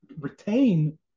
retain